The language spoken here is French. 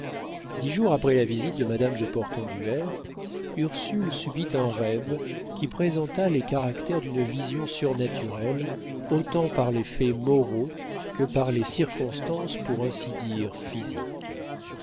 dix jours après la visite de madame de portenduère ursule subit un rêve qui présenta les caractères d'une vision surnaturelle autant par les faits moraux que par les circonstances pour ainsi dire physiques